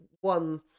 one